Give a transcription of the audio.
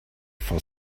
for